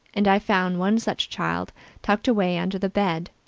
and i found one such child tucked away under the bed,